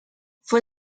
fue